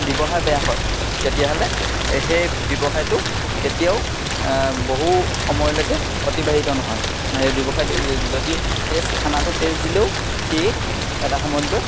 ব্যৱহাৰ বেয়া হয় তেতিয়াহ'লে সেই ব্যৱসায়টো কেতিয়াও বহু সময়লৈকে অতিবাহিত নহয় ব্যৱসায়টো যদি টেষ্ট খানাটো টেষ্ট দিলেও সিয়ে এটা সময়ত গৈ